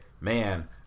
man